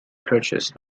purchased